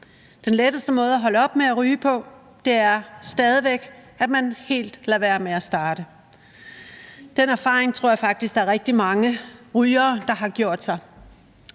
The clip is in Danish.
Den letteste måde at holde op med at ryge på er stadig væk, at man helt lader være med at starte. Den erfaring tror jeg faktisk der er rigtig mange rygere der har gjort sig.